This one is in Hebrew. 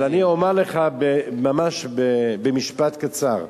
אבל אני אומר לך ממש במשפט קצר,